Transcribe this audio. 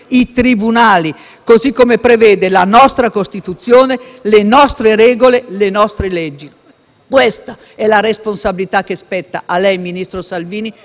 Questa è la responsabilità che spetta a lei, ministro Salvini, a tutto il Governo e alle senatrici e ai senatori che siedono in quest'Aula. *(Applausi